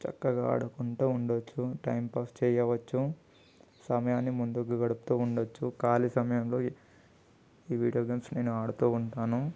చక్కగా ఆడుకుంటూ ఉండొచ్చు టైం పాస్ చేయవచ్చు సమయాన్ని ముందు గడుపుతూ ఉండొచ్చు ఖాళీ సమయంలో ఈ వీడియో గేమ్స్ నేను ఆడుతూ ఉంటాను